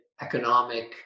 economic